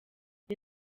the